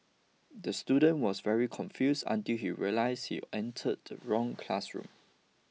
the student was very confuse until he realised he entered the wrong classroom